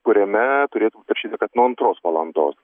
kuriame turėtų parašyta kad nuo antros valandos